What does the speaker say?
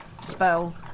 spell